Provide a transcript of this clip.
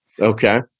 Okay